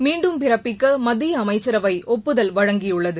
மீண்டும் பிறப்பிக்க மத்திய அமைச்சரவை ஒப்புதல் வழங்கியுள்ளது